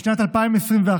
בשנת 2021,